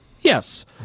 Yes